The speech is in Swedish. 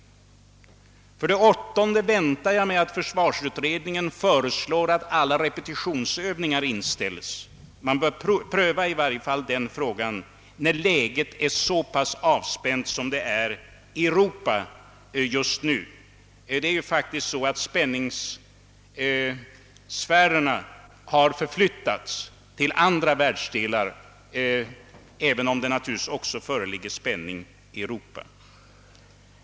För det sjunde väntar jag mig att försvarsutredningen föreslår att alla repetitionsövningar inställs. Man bör i varje fall pröva den frågan när läget är så pass avspänt som det är i Europa just nu. Det är ju faktiskt så, att spänningssfärerna har förflyttats till andra världsdelar, även om det naturligtvis också föreligger spänning i Europa.